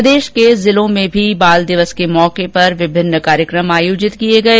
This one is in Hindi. प्रदेश के जिलों में भी बाल दिवस के मौके पर विभिन्न कार्यक्रम आयोजित किए गए